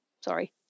sorry